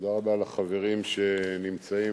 תודה רבה לחברים שנמצאים